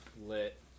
lit